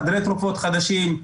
חדרי תרופות חדשים.